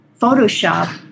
Photoshop